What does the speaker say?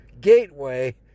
gateway